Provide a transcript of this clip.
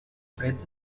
freds